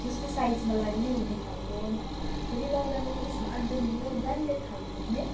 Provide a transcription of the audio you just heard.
जस्तै साइजमा लगाए पनि हुने खाले फेरि लगाउँदा पनि स्मार्ट देख्ने के हो ब्रान्डेड खाले देख्ने